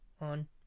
on